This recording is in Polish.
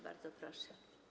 Bardzo proszę.